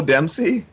Dempsey